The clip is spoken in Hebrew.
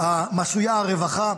עשויה הרווחה,